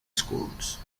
schools